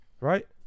Right